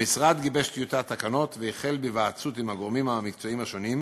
המשרד גיבש טיוטת תקנות והחל בהיוועצות עם הגורמים המקצועיים השונים,